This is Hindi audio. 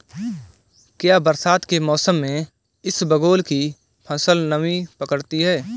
क्या बरसात के मौसम में इसबगोल की फसल नमी पकड़ती है?